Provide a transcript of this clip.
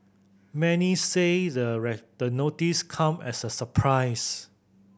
many say the the notice come as a surprise